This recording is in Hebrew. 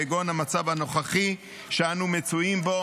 כגון המצב הנוכחי שאנו מצויים בו,